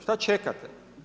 Što čekate?